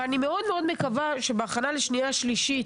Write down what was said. אני מאוד מקווה שבהכנה לשנייה, שלישית,